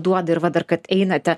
duoda ir va dar kad einate